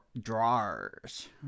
drawers